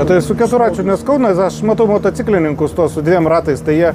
o tai su keturračiu nes kaunas aš matau motociklininkus su dviem ratais tai jie